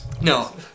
No